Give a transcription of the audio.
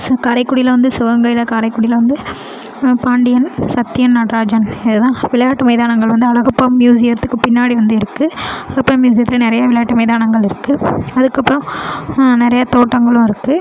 காரைக்குடியில் வந்து சிவகங்கையில் காரைக்குடியில் வந்து பாண்டியன் சத்தியன் நட்ராஜன் இது தான் விளையாட்டு மைதானங்கள் வந்து அழகப்பா மியூசியத்துக்கு பின்னாடி வந்து இருக்கு இப்போ மியூசியத்தில் நிறையா விளையாட்டு மைதானங்கள் இருக்கு அதுக்கப்றம் நிறையா தோட்டங்களும் இருக்கு